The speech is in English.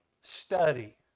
study